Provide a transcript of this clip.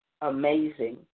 amazing